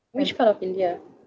which part of India